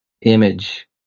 image